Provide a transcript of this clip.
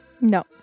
No